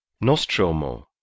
Nostromo